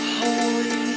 holy